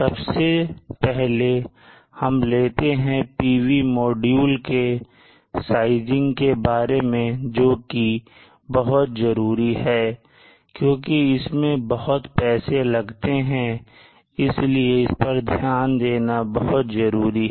सबसे पहले हम लेते हैं PV मॉड्यूल के sizing के बारे में जोकि बहुत जरूरी है क्योंकि इसमें बहुत पैसे लगते है इसलिए इस पर ध्यान देना बहुत जरूरी है